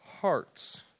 hearts